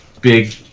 big